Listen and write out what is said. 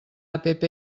app